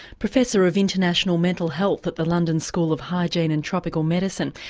professor of international mental health at the london school of hygiene and tropical medicine,